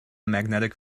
magnetic